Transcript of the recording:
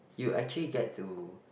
you actually get to um